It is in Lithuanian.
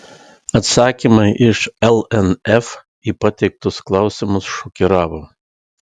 atsakymai iš lnf į pateiktus klausimus šokiravo